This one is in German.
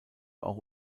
auch